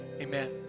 amen